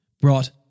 brought